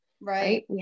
right